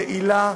יעילה,